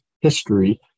history